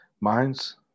Minds